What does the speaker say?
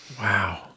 Wow